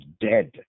dead